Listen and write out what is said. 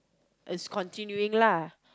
is continuing lah